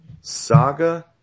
Saga